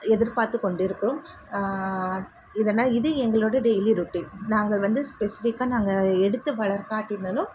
எதிர்பார்த்துக் கொண்டிருக்கும் இதனால் இது எங்களோடய டெய்லி ரொட்டீன் நாங்கள் வந்து ஸ்பெஸிஃபிக்காக நாங்கள் எடுத்து வளர்க்காட்டினாலும்